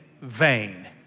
vain